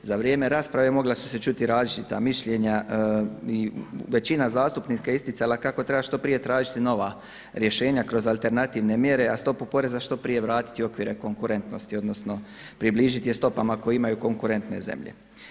Za vrijeme rasprave mogla su se čuti različita mišljenja i većina zastupnika je isticala kako treba što prije tražiti nova rješenja kroz alternativne mjere, a stopu poreza što prije vratiti u okvire konkurentnosti, odnosno približiti je stopama koje imaju konkurentne zemlje.